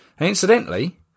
Incidentally